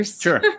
Sure